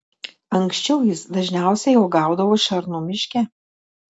anksčiau jis dažniausiai uogaudavo šernų miške